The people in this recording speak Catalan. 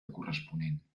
corresponent